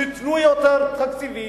שייתנו יותר תקציבים,